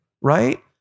right